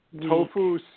Tofu